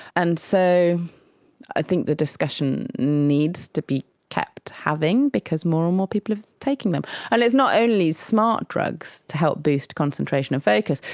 and so i think the discussion needs to be kept happening because more and more people are taking them. and it's not only smart drugs to help boost concentration and focus,